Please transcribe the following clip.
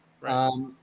Right